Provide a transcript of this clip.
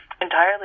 entirely